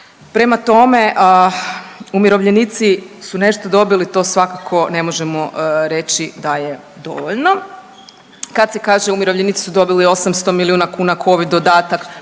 Prema tome, umirovljenici su nešto dobili to svakako ne možemo reći da je dovoljno. Kad se kaže umirovljenici su dobili 800.000 milijuna kuna covid dodatak,